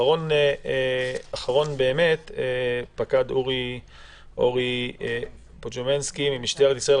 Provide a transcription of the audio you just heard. אחרון באמת, פקד אורי בוצמסקי ממשטרת ישראל.